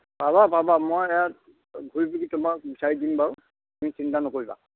পাবা পাবা মই ইয়াত ঘূৰি পিনি তোমাক বিচাৰি দিম বাৰু তুমি চিন্তা নকৰিবা